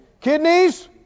Kidneys